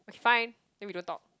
fine then we don't talk